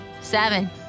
Seven